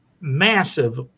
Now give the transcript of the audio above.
massive